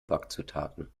backzutaten